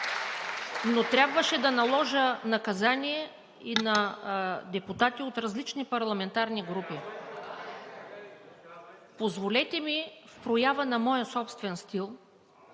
но трябваше да наложа наказание и на депутати от различни парламентарни групи. Позволете ми в проява на моя собствен стил